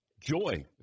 Joy